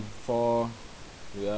for ya